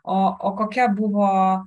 o o kokia buvo